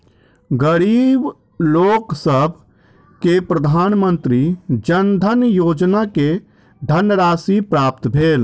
गरीब लोकसभ के प्रधानमंत्री जन धन योजना के धनराशि प्राप्त भेल